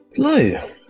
Hello